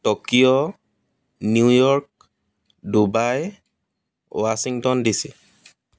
Tokyo New York Dubai Washington D C